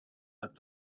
hat